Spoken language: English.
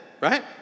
right